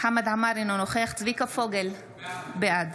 חמד עמאר, אינו נוכח צביקה פוגל, בעד